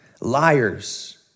liars